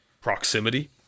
proximity